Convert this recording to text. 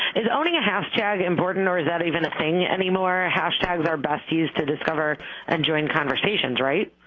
is owning a hashtag important or is that even a thing anymore? hashtags are best used to discover and join conversations, right?